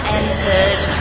entered